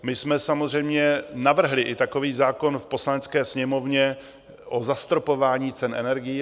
My jsme samozřejmě navrhli i takový zákon v Poslanecké sněmovně o zastropování cen energií.